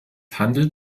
handelt